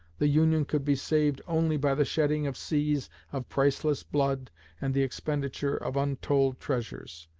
the union could be saved only by the shedding of seas of priceless blood and the expenditure of untold treasures.